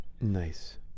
nice